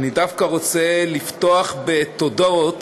אני דווקא רוצה לפתוח בתודות.